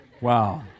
Wow